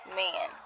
man